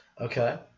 Okay